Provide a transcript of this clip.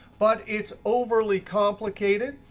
but it's overly complicated,